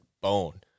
bone